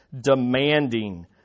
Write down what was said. demanding